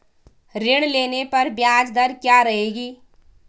ऋण लेने पर ब्याज दर क्या रहेगी?